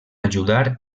ajudar